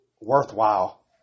worthwhile